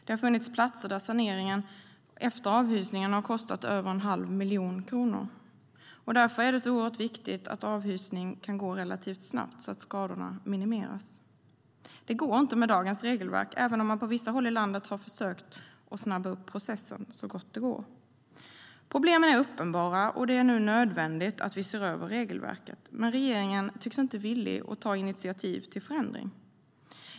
Det har funnits platser där saneringen efter avhysningen har kostat över en halv miljon kronor. Problemen är uppenbara, och det är nödvändigt att vi ser över regelverket. Regeringen tycks dock inte villig att ta initiativ till förändring.